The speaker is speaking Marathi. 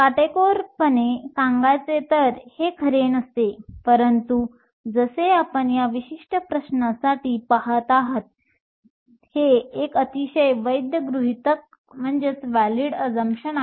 काटेकोरपणे सांगायचे तर हे खरे नसते परंतु जसे आपण या विशिष्ट प्रश्नासाठी पहात आहात हे एक अतिशय वैध गृहितक आहे